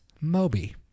Moby